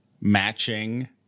matching